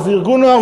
אבל זה ארגון נוער,